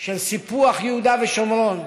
סיפוח יהודה ושומרון.